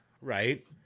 right